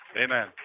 Amen